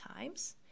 times